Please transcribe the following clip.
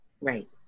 Right